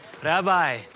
Rabbi